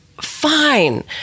Fine